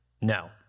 No